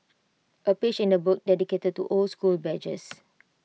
A page in the book dedicated to old school badges